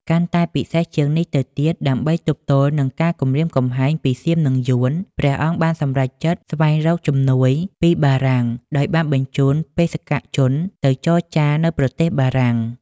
កាន់តែពិសេសជាងនេះទៅទៀត ដើម្បីទប់ទល់នឹងការគំរាមកំហែងពីសៀមនិងយួន ព្រះអង្គបានសម្រេចចិត្តស្វែងរកជំនួយពីបារាំងដោយបានបញ្ជូនបេសកជនទៅចរចានៅប្រទេសបារាំង។